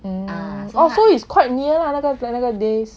ah so is quite near lah 那个 days